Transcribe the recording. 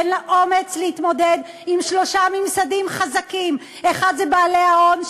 אין לה אומץ להתמודד עם שלושה ממסדים חזקים: 1. בעלי ההון,